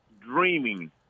dreaming